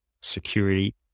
security